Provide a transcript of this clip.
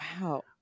Wow